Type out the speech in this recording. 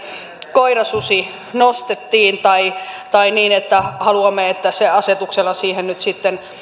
koirasusi nostettiin tai tai haluamme että se asetuksella siihen